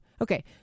Okay